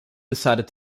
decided